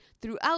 throughout